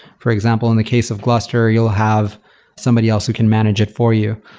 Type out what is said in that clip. for example, in the case of gluster. you'll have somebody else who can manage it for you.